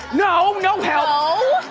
no, no help. no?